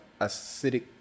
acidic